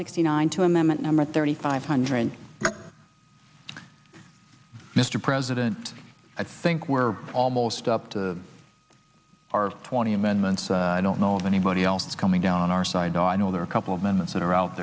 sixty nine to amendment number thirty five hundred mr president i think we're almost up to our twenty amendments i don't know of anybody else coming down on our side i know there are a couple of minutes that are out